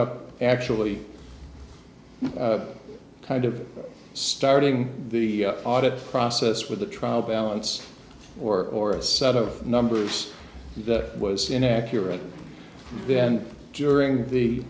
up actually kind of starting the audit process with a trial balance or a set of numbers that was inaccurate then during the